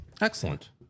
Excellent